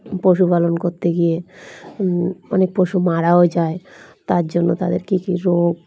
পশুপালন করতে গিয়ে অনেক পশু মারাও যায় তার জন্য তাদের কী কী রোগ